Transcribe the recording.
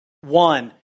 One